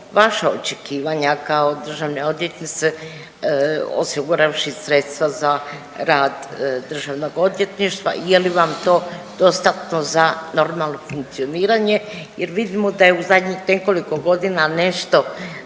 vaša očekivanja kao državne odvjetnice osiguravši sredstva za rad državnog odvjetništva i je li vam to dostatno za normalno funkcioniranje jer vidimo da je u zadnjih nekoliko godina nešto